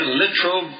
literal